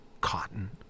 cotton